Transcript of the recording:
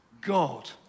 God